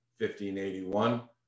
1581